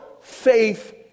faith